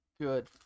Good